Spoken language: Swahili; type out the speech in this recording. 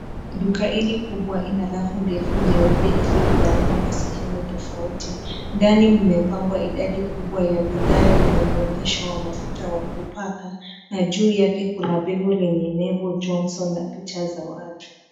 Duka hili kubwa ina rafu ndefu nyeupe ilyogawanywa kwa sehemu tofauti. Ndani mmepangwa idadi kubwa ya bidhaa wenye mwonyesho wa mafuta wa kupaka na juu yake kuna bivu lenye lebo Johnson na picha za watu.